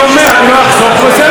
אם את מבקשת אני לא אחסוך.